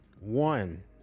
one